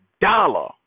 dollar